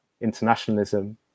internationalism